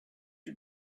you